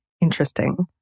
interesting